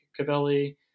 Cavelli